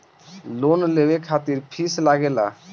Loan लेवे खातिर fees लागेला?